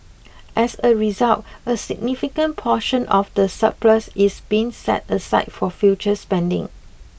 as a result a significant portion of the surplus is being set aside for future spending